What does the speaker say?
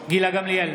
גילה גמליאל,